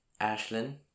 Ashlyn